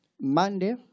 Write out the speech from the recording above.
Monday